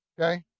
okay